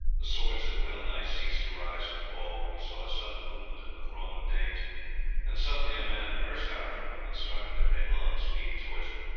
the swords had well-nigh ceased to rise and fall when he saw a sudden movement in the throng of danes and suddenly a man burst out from them and started at headlong speed towards him,